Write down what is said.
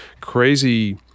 crazy